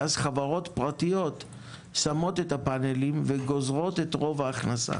ואז חברות פרטיות שמות את הפאנלים וגוזרות את רוב ההכנסה.